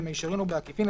במישרין או בעקיפין,